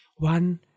One